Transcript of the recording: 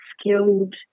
skilled